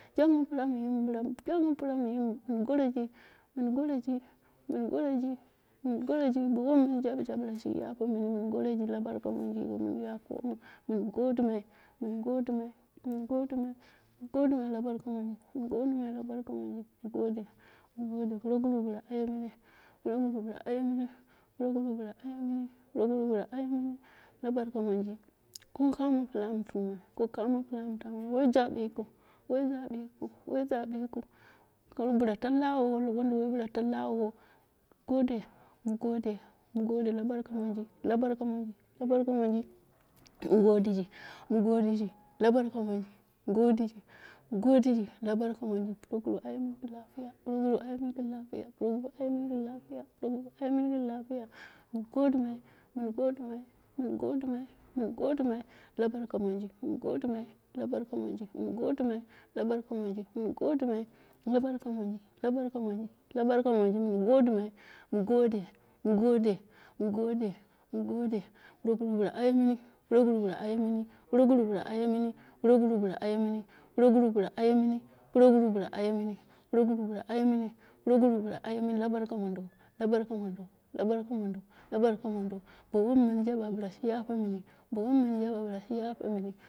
Jangimu pira mamu, jang mu pira mam, min goroji, mun goroji, mun goroji mun goroji, bo waimi min jaba shi yape mini, la barka monji, mun goroji ku yape mini, mu gidimai, min godimai, min godimai, min godimu lu barka mamai, min godimai la barka mamai, mu gode, mu gode proguru bila ayemuni, proguru bnu aye muni proguru bila aye muni proguru bila aye muni la barka momji ko kamo piya am tumai, ko kumo pila am tumai, wai jabe yirik wai jabe yikiu, wai jabe yikiu kara bila tunla awumu, wundiwoi bila tar la awo, mu gode, mu gode mu gode la barka monji, la barka mamai, la barka mamai, mu godeji la barka mamji, mu godiji, la barka momji, proguru aye muni gin lapiya, proguru aye mini gin lapiya, mu godi mai, mu godimai mun godimai la barka monji. mun godimai la barka mimji, mun godima, la barka monji, mun godimai la larka momji la barka momji mun godimai mu gode, mu gode, mu gode, mu gode proguru bila aye muni, proguru bila aye muri proguru bila aye mini proguru bila aye mini, proguru bila aye mini proguru bila aye mini la barka mundo la barka mondo, la barka mondu, la barka mendo, bo wom mun jabu bila shi yape mini, bo wommin jaba bila shi yape mini.